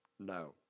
No